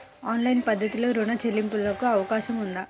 Online పద్ధతిలో రుణ చెల్లింపునకు అవకాశం ఉందా?